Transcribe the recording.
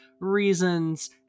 reasons